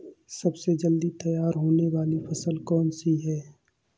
सबसे जल्दी तैयार होने वाली फसल कौन सी है?